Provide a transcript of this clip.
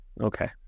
Okay